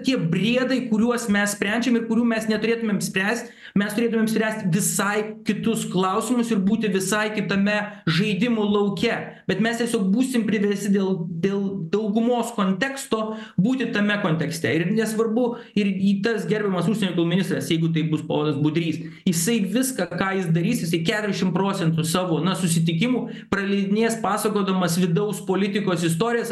tie briedai kuriuos mes sprendžiam ir kurių mes neturėtumėm spręst mes turėtumėm spręst visai kitus klausimus ir būti visai kitame žaidimų lauke bet mes tiesiog būsim priversti dėl dėl daugumos konteksto būti tame kontekste ir nesvarbu ir į tas gerbiamas užsienio reikalų ministras jeigu tai bus ponas budrys jisai viską ką jis darys jisai keturiašim procentų savo na susitikimų praleidinės pasakodamas vidaus politikos istorijas